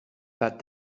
that